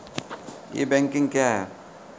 ई banking क्या हैं?